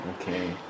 Okay